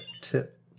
Tip